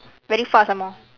very fast some more